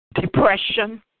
depression